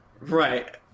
Right